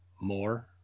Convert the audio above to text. more